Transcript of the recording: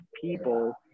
people